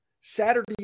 Saturday